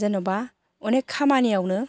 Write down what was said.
जेन'बा अनेक खामानियावनो